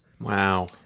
Wow